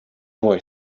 boy